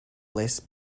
list